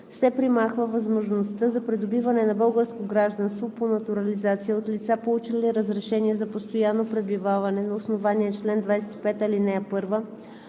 се премахва възможността за придобиване на българско гражданство по натурализация от лица, получили разрешение за постоянно пребиваване на основание чл. 25, ал. 1,